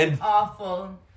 awful